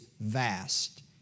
vast